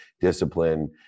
discipline